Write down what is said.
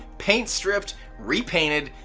paint stripped, repainted,